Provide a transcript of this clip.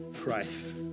Christ